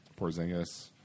Porzingis